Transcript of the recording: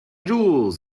jewels